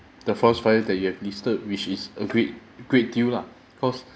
the forest fires that you have listed which is a great great deal lah cause